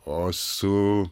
o su